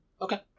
Okay